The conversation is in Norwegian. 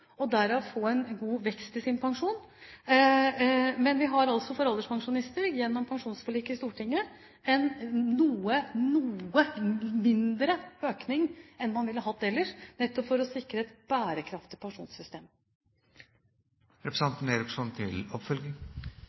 og derav en god vekst i sin pensjon. Men vi har altså for alderspensjonister, gjennom pensjonsforliket i Stortinget, en noe mindre økning enn man ville hatt ellers, nettopp for å sikre et bærekraftig pensjonssystem.